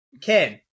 Ken